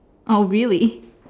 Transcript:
oh really